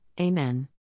Amen. –